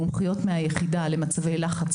מומחיות מהיחידה למצבי לחץ,